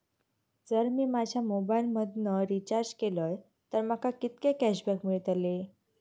जर मी माझ्या मोबाईल मधन रिचार्ज केलय तर माका कितके कॅशबॅक मेळतले?